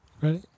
Ready